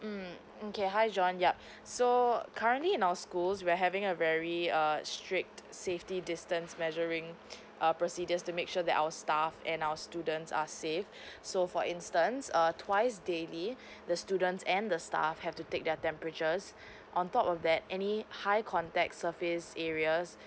mm okay hi john yup so currently in our schools we're having a very err strict safety distance measuring err procedures to make sure that our staff and our students are safe so for instance err twice daily the students and the staff have to take their temperatures on top of that any high contact surface areas